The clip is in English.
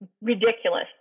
ridiculous